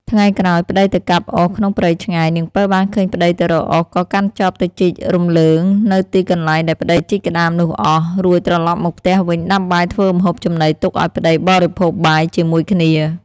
ថ្ងៃក្រោយប្ដីទៅកាប់អុសក្នុងព្រៃឆ្ងាយ នាងពៅបានឃើញប្ដីទៅរកអុសក៏កាន់ចបទៅជីករំលើងនៅទីកន្លែងដែលប្ដីជីកក្ដាមនោះអស់ រួចត្រឡប់មកផ្ទះវិញដាំបាយធ្វើម្ហូបចំណីទុកឲ្យប្ដីបរិភោគបាយជាមួយគ្នា។